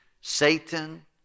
Satan